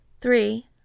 three